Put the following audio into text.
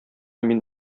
мин